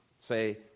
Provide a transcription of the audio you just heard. say